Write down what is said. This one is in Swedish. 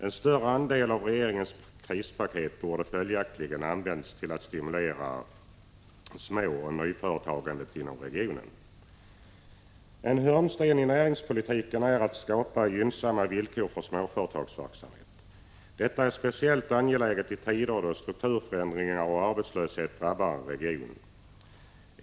En större del av regeringens krispaket borde följaktligen ha använts till att stimulera småoch nyföretagandet inom regionen. En hörnsten i näringspolitiken är att skapa gynnsamma villkor för småföretagsverksamheten. Detta är speciellt angeläget i tider då strukturförändringar och arbetslöshet drabbar en region.